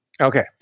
Okay